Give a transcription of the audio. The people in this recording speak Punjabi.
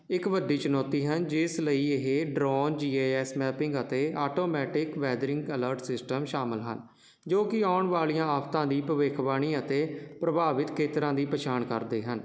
ਇੱਕ ਵੱਡੀ ਚੁਣੌਤੀ ਹਨ ਜਿਸ ਲਈ ਇਹ drone G I S mapping ਅਤੇ ਆਟੋਮੈਟਿਕ ਵੈਦਰਿੰਗ ਅਲਰਟ ਸਿਸਟਮ ਸ਼ਾਮਲ ਹਨ ਜੋ ਕਿ ਆਉਣ ਵਾਲੀਆਂ ਆਫਤਾਂ ਦੀ ਭਵਿੱਖਬਾਣੀ ਅਤੇ ਪ੍ਰਭਾਵਿਤ ਖੇਤਰਾਂ ਦੀ ਪਛਾਣ ਕਰਦੇ ਹਨ